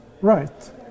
Right